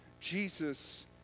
Jesus